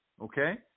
Okay